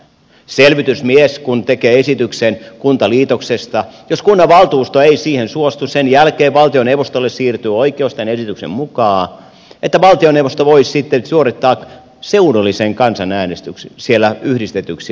selvitysmies kun tekee esityksen kuntaliitoksesta niin jos kunnanvaltuusto ei siihen suostu sen jälkeen valtioneuvostolle tämän esityksen mukaan siirtyy oikeus että valtioneuvosto voisi sitten suorittaa seudullisen kansanäänestyksen siellä yhdistetyksi ajatellulla alueella